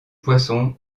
poisson